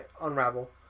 Unravel